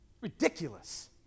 Ridiculous